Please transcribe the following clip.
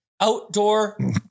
outdoor